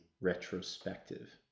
retrospective